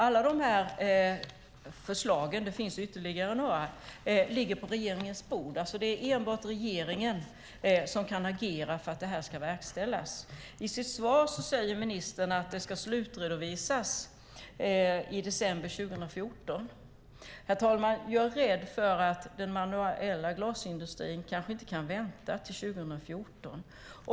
Alla de här förslagen - det finns ytterligare några - ligger på regeringens bord. Det är enbart regeringen som kan agera för att det här ska verkställas. I sitt svar säger ministern att det ska slutredovisas i december 2014. Herr talman! Jag är rädd för att den manuella glasindustrin kanske inte kan vänta till 2014.